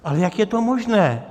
Ale jak je to možné?